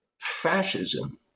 fascism